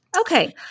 Okay